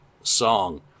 song